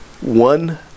One